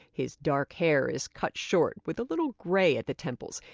his dark hair is cut short with a little gray at the temples.